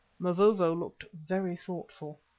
mavovo looked very thoughtful.